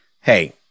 Hey